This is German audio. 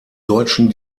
deutschen